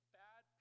bad